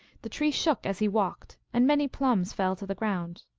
the tree shook as he walked, and many plums fell to the ground.